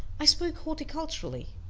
i spoke horticulturally.